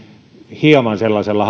hieman sellaisella